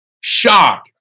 shock